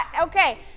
okay